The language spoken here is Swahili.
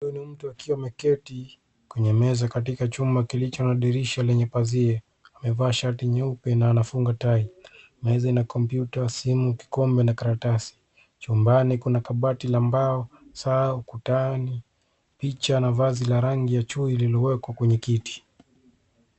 Huyu ni mtu akiwa ameketi kwenye meza katika chumba kilicho na dirisha lenye pazia. Amevaa shati nyeupe na anafunga tai. Meza ina kompyuta, simu, kikombe, na karatasi . Chumbani kuna kabati la mbao, saa ukutani, picha, na vazi la rangi ya chui lililowekwa kwenye kiti.